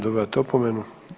Dobivate opomenu.